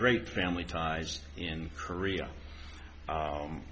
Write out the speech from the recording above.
great family ties in korea